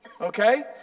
Okay